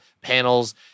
panels